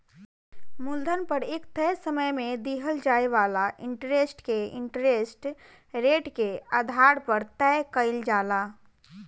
मूलधन पर एक तय समय में दिहल जाए वाला इंटरेस्ट के इंटरेस्ट रेट के आधार पर तय कईल जाला